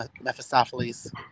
Mephistopheles